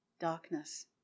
darkness